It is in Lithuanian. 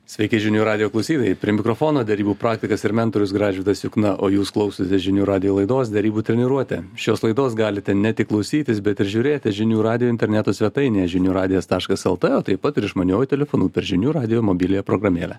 sveiki žinių radijo klausytojai prie mikrofono derybų praktikas ir mentorius gražvydas jukna o jūs klausotės žinių radijo laidos derybų treniruotė šios laidos galite ne tik klausytis bet ir žiūrėti žinių radijo interneto svetainėje žinių radijas taškas lt o taip pat ir išmaniuoju telefonu per žinių radijo mobiliąją programėlę